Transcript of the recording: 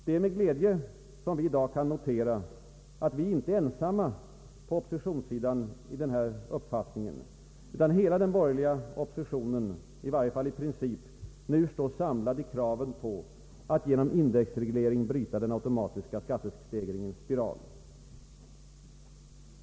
Det är med glädje vi i dag kan notera att vi inte är ensamma på oppositionssidan i denna vår uppfattning, utan att hela den borgerliga oppositionen — i varje fall i princip — nu står samlad i kraven på att genom indexreglering bryta den automatiska skattestegringens spiral.